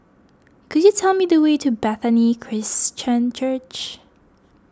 could you tell me the way to Bethany Christian Church